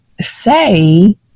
say